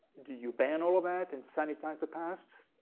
do you ban all of that and sanitize the past?